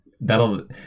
That'll